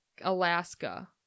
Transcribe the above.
Alaska